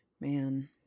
Man